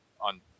on